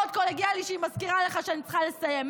מאוד קולגיאלי שהיא מזכירה לך שאני צריכה לסיים.